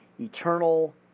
eternal